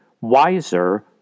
wiser